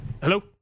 Hello